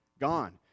gone